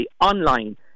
online